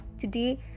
today